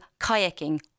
kayaking